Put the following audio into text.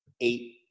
eight